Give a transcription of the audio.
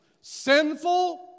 sinful